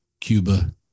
Cuba